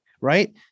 right